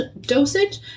dosage